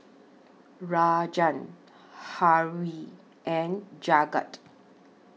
Rajan Hri and Jagat